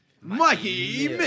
Mikey